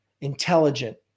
intelligent